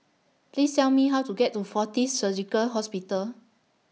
Please Tell Me How to get to Fortis Surgical Hospital